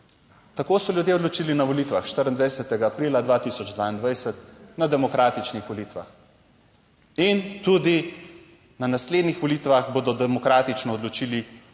tako so ljudje odločili na volitvah 24. aprila 2022, na demokratičnih volitvah. In tudi na naslednjih volitvah bodo demokratično odločili, koga